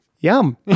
Yum